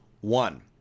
one